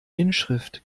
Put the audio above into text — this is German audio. inschrift